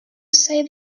say